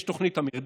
יש תוכנית המרדף,